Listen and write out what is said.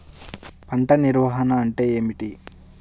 పంట నిర్వాహణ అంటే ఏమిటి?